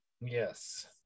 Yes